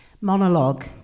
monologue